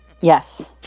yes